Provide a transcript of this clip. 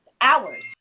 hours